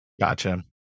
Gotcha